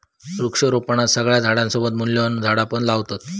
वृक्षारोपणात सगळ्या झाडांसोबत मूल्यवान झाडा पण लावतत